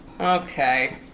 Okay